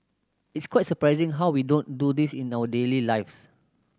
it's quite surprising how we don't do this in our daily lives